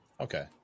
Okay